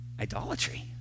Idolatry